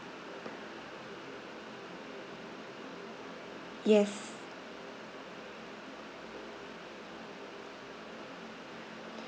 yes